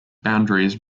boundaries